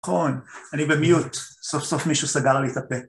נכון, אני במיוט, סוף סוף מישהו סגר לי את הפה